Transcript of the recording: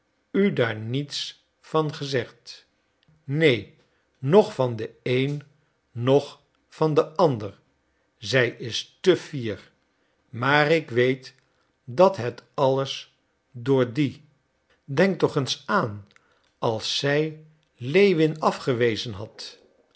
u daar niets van gezegd neen noch van den een noch van den ander zij is te fier maar ik weet dat het alles door die denk toch eens aan als zij lewin afgewezen had